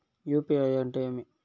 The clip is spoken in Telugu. యు.పి.ఐ అంటే ఏమి?